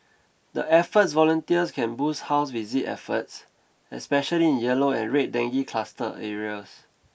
the efforts volunteers can boost house visit efforts especially in yellow and red dengue cluster areas